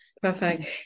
Perfect